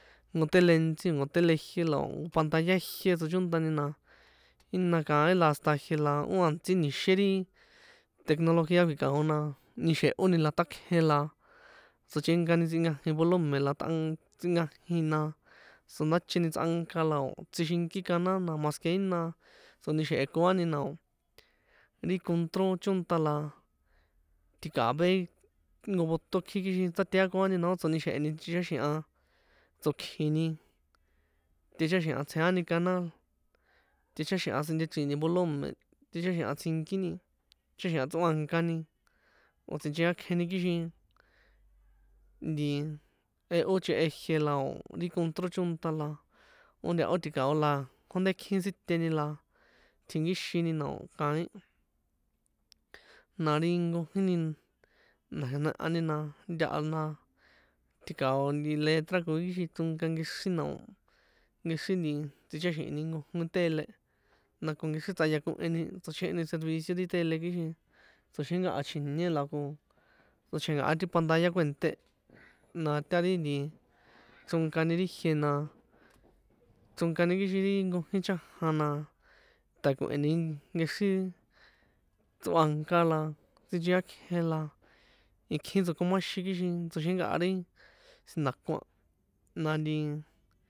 Nko tele ntsí o̱ nko tele jié, la o̱ pantalla jié tsochónṭani na, jína kaín la hasta jie la ó a̱ntsí ni̱xien ri tecnología kuikao na nixe̱hó ni na ṭákjen, la tsochenkani tsꞌinkajin volumen la tꞌa tsꞌinkajin na, tsondacheni tsꞌanka la o̱ tsꞌixinki canal, na más ke jína tsonixe̱he̱ koani na o̱ ri control chónṭa la tika̱vé nko botón kji kixin tsatea koani na ó tsonixe̱heni ticháxi̱han tsokjini, ticháxi̱han tsjeani canal, ticháxi̱han sinchechriini volumen, ticháxi̱han tsjinkini, ticháxi̱ha tsoankani o̱ sinchekꞌakjeni, kixin nti jehó chꞌehe jie, la o̱ ri control chónṭa la ó ntaho tikao la kjónte kjin site ni la tjinkixin ni na o̱ kaín, na ri nkójin ni na̱xa̱ noehani na ntaha na tikao nti letra koi kixin chronka nkexri, na o̱ nkexri nti tsichaxi̱hini nkojnko tele, na ko nkexri tsꞌayakoheni tsochjeheni servicio ri tele, kixin tsoxenkaha chjiñé la ko tsochjenkaha ti pantalla kuènṭé e, na ta ri nti chronkani ri jie na, chronkani kixin ri nkojí chajan na takoheni nkexri ri tsoanka la sincheakjen la tsochjenkaha ti pantalla kuènṭé e, na ta ri nti chronkani ri jie na chronkani, kixin ri nkojí chanja na takoheni nkexri ri tsoanka la sincheakjen la ikjin tsokomaxin, kixin tsoxenkaha ri si̱nda̱kon a, na nti.